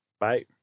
Bye